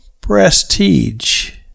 prestige